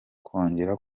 kongera